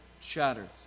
shatters